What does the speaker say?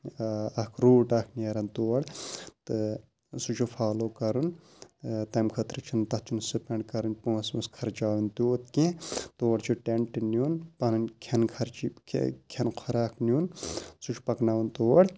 آ اکھ روٗٹ اکھ نیرن تور تہٕ سُہ چھُ فالو کَرُن تَمہِ خٲطرٕ چھُنہٕ تَتھ چھُنہٕ سُپیٚنڈ کرٕنۍ پونٛسہٕ وونٛسہٕ خرچاوٕنۍ تیوٗت کیٚنہہ تور چھُ ٹینٹ نیُن پَنٕنۍ کھٮ۪ن خرچہِ کھٮ۪نہٕ خُراک نیُن سُہ چھُ پَکناوُن تور